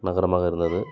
நகரமாக இருந்தது